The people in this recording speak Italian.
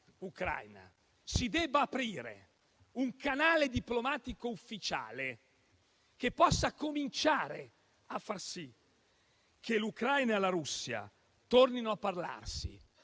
si debba aprire un canale diplomatico ufficiale che possa cominciare a far sì che l'Ucraina e la Russia tornino a parlarsi